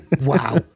Wow